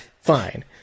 fine